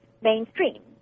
mainstream